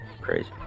Crazy